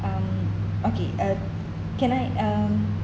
um okay uh can I um